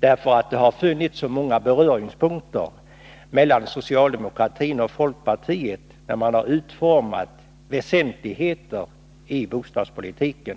Det har tidigare funnits många beröringspunkter mellan socialdemokratin och folkpartiet när väsentligheter i bostadspolitiken